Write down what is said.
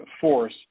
force